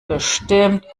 bestimmt